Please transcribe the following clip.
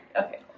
Okay